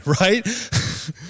right